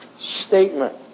statement